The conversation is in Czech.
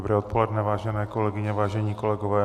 Dobré odpoledne, vážené kolegyně, vážení kolegové.